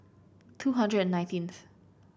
two hundred and nineteenth